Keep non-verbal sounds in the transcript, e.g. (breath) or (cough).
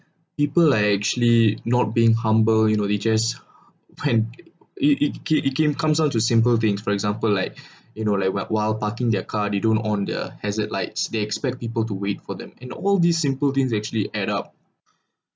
people like actually not being humble you know they just when it it ca~ it keep comes out to simple things for example like (breath) you know like we~ while parking their car they don't on their hazard lights they expect people to wait for them in all these simple things actually add up